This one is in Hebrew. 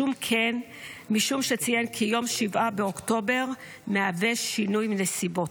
משום שציין כי יום 7 באוקטובר מהווה שינוי נסיבות.